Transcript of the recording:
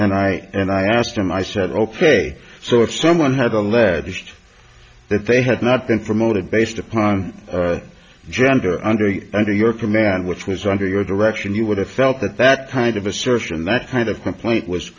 and i and i asked him i said ok so if someone had alleged that they had not been promoted based upon gender under your command which was under your direction you would have felt that that kind of assertion that kind of complaint was